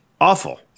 awful